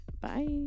Bye